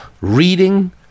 Reading